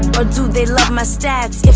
or do they love my stats? if